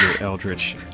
Eldritch